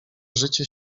życie